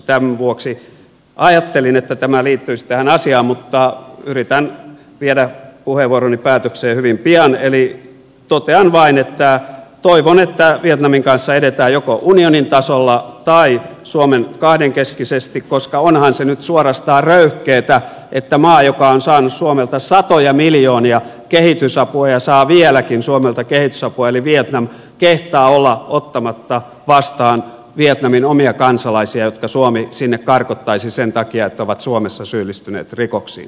tämän vuoksi ajattelin että tämä liittyisi tähän asiaan mutta yritän viedä puheenvuoroni päätökseen hyvin pian eli totean vain että toivon että vietnamin kanssa edetään joko unionin tasolla tai suomen kanssa kahdenkeskisesti koska onhan se nyt suorastaan röyhkeätä että maa joka on saanut suomelta satoja miljoonia kehitysapua ja saa vieläkin suomelta kehitysapua eli vietnam kehtaa olla ottamatta vastaan vietnamin omia kansalaisia jotka suomi sinne karkottaisi sen takia että ovat suomessa syyllistyneet rikoksiin